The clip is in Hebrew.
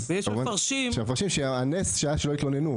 ויש מפרשים שהנס היה שהיהודים לא התלוננו.